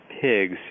pigs